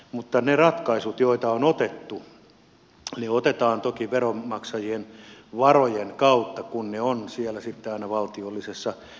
mutta ne ratkaisut joita on otettu otetaan toki veronmaksa jien varojen kautta kun ne ovat siellä sitten valtiollisessa takauksessa